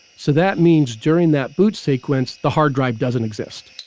so that means during that boot sequence the hard drive doesn't exist